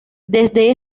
desde